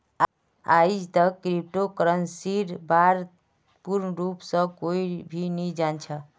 आईजतक क्रिप्टो करन्सीर बा र पूर्ण रूप स कोई भी नी जान छ